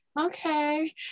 okay